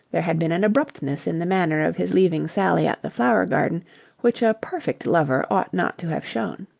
there had been an abruptness in the manner of his leaving sally at the flower garden which a perfect lover ought not to have shown.